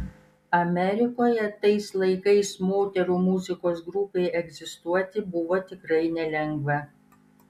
amerikoje tais laikais moterų muzikos grupei egzistuoti buvo tikrai nelengva